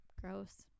Gross